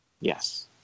Yes